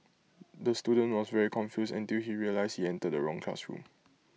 the student was very confused until he realised he entered the wrong classroom